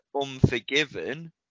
Unforgiven